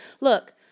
look